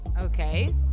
Okay